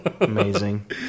Amazing